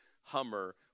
Hummer